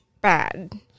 bad